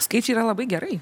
skaičiai yra labai gerai